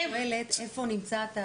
אני שואלת איפה נמצא התהליך.